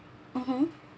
mmhmm